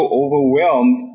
overwhelmed